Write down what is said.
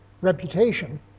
reputation